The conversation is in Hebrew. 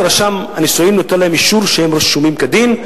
אז רשם הנישואים נותן להם אישור שהם רשומים כדין,